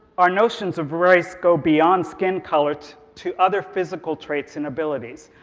our notions of race go beyond skin color to to other physical traits and abilities.